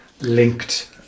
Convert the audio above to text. linked